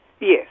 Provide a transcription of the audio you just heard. Yes